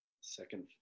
Second